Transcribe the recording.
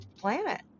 planet